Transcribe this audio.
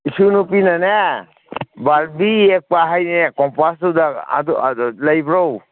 ꯏꯁꯨ ꯅꯨꯄꯤꯅꯅꯦ ꯕꯥꯔꯕꯤ ꯌꯦꯛꯄ ꯍꯥꯏꯅꯦ ꯀꯣꯝꯄꯥꯁꯇꯨꯗ ꯑꯗꯨ ꯂꯩꯕ꯭ꯔꯣ